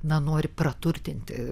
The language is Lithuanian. na nori praturtinti